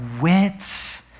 wits